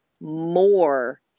more